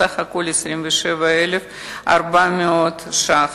סך הכול 27,400 שקלים.